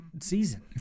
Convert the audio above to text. season